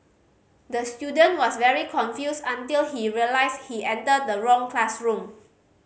the student was very confused until he realised he entered the wrong classroom